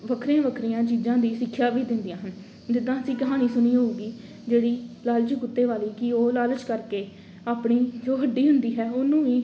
ਵੱਖਰੀਆਂ ਵੱਖਰੀਆਂ ਚੀਜ਼ਾਂ ਦੀ ਸਿੱਖਿਆ ਵੀ ਦਿੰਦੀਆਂ ਹਨ ਜਿੱਦਾਂ ਅਸੀਂ ਕਹਾਣੀ ਸੁਣੀ ਹੋਊਗੀ ਜਿਹੜੀ ਲਾਲਚੀ ਕੁੱਤੇ ਵਾਲੀ ਕਿ ਉਹ ਲਾਲਚ ਕਰਕੇ ਆਪਣੀ ਜੋ ਹੱਡੀ ਹੁੰਦੀ ਹੈ ਉਹਨੂੰ ਵੀ